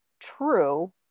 true